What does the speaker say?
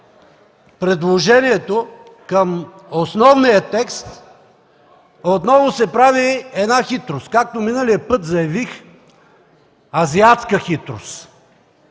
предложението към основния текст отново се прави една хитрост. Както миналия път заявих, азиатска хитрост.